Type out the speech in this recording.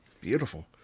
beautiful